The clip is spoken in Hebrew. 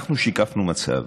אנחנו שיקפנו מצב,